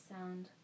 sound